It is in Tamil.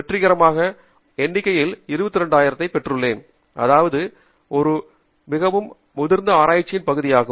வெற்றிகரமாக எண்ணிக்கையில் 22000ஐ பெற்றுள்ளேன் அதாவது இது ஒரு மிகவும் முதிர்ந்த ஆராய்ச்சியின் பகுதியாகும்